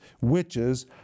witches